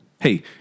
Hey